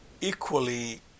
equally